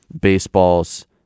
baseball's